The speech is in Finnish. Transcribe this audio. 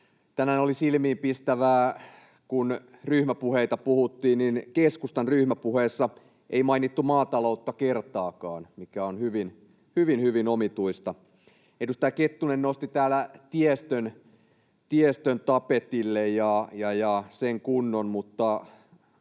Tänään oli silmiinpistävää, kun ryhmäpuheita puhuttiin, että keskustan ryhmäpuheessa ei mainittu maataloutta kertaakaan, mikä on hyvin, hyvin omituista. Edustaja Kettunen nosti täällä tapetille tiestön ja sen kunnon, mutta